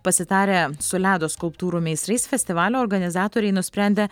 pasitarę su ledo skulptūrų meistrais festivalio organizatoriai nusprendė